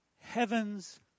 heaven's